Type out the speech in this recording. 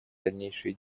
дальнейшие